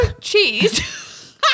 cheese